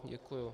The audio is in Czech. Děkuju.